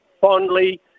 fondly